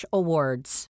awards